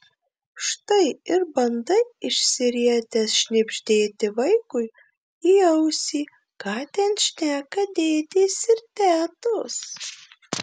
štai ir bandai išsirietęs šnibždėti vaikui į ausį ką ten šneka dėdės ir tetos